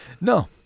No